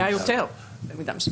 היו יותר, במידה מסוימת.